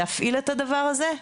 להפעיל את הדבר הזה?